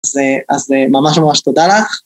אז אה אז ממש ממש תודה לך